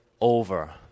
over